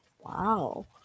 Wow